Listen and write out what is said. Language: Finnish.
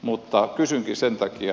kysynkin sen takia